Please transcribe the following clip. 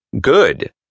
Good